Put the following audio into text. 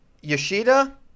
Yoshida